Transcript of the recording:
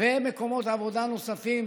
ומקומות עבודה נוספים